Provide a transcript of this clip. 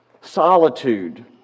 solitude